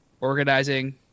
organizing